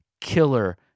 killer